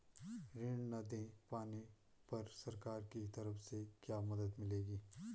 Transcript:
ऋण न दें पाने पर सरकार की तरफ से क्या मदद मिलेगी?